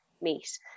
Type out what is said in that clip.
meet